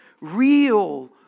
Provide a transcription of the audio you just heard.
real